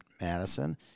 Madison